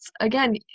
again